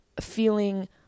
feeling